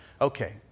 Okay